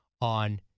on